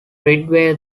ridgway